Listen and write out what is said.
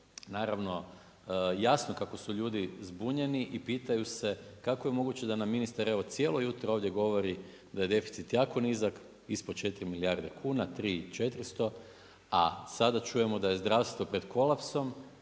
je evo jasno kako su ljudi zbunjeni i pitaju se kako je moguće da nam ministar evo, cijelo jutro ovdje govori da je deficit jako nizak, ispod 4 milijarde kuna, 3 i 400, a sada čujemo da je zdravstvo pred kolapsom